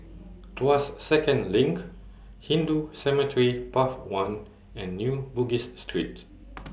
Tuas Second LINK Hindu Cemetery Path one and New Bugis Street